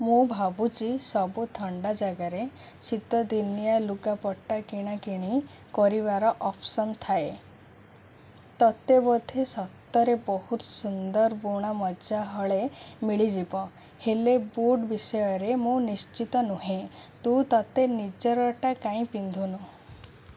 ମୁଁ ଭାବୁଛି ସବୁ ଥଣ୍ଡା ଜାଗାରେ ଶୀତଦିନିଆ ଲୁଗାପଟା କିଣା କିଣି କରିବାର ଅପ୍ସନ୍ ଥାଏ ତୋତେ ବୋଧେ ସତରେ ବହୁତ ସୁନ୍ଦର ବୁଣା ମୋଜା ହଳେ ମିଳିଯିବ ହେଲେ ବୁଟ୍ ବିଷୟରେ ମୁଁ ନିଶ୍ଚିତ ନୁହେଁ ତୁ ତୋତେ ନିଜରଟା କାହିଁ ପିନ୍ଧୁନୁ